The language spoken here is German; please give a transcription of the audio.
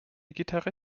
gitarre